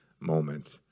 moment